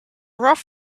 rough